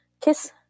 kiss